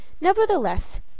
Nevertheless